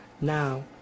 now